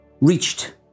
reached